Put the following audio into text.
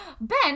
Ben